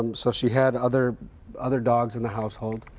um so she had other other dogs in the household,